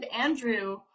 Andrew